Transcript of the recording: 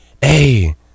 hey